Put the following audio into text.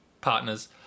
partners